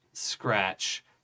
scratch